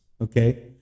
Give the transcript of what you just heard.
okay